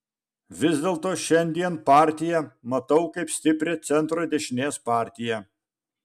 vis dėlto šiandien partiją matau kaip stiprią centro dešinės partiją